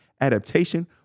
adaptation